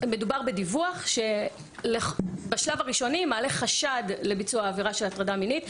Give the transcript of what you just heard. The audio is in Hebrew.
מדובר בדיווח שבשלב הראשוני מעלה חשד לביצוע עבירה של הטרדה מינית.